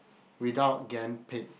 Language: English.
without gettin' paid